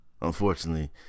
unfortunately